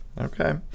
Okay